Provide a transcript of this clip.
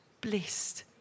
Blessed